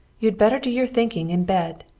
you'd better do your thinking in bed.